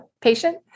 patient